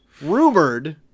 rumored